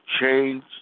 change